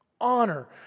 honor